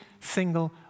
single